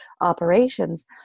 operations